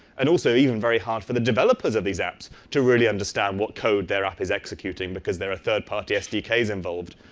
and also, even very hard for the developers of these apps to really understand what code their app is executing, because there are third-party sdks involved.